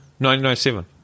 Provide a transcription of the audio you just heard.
1997